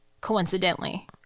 Coincidentally